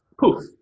poof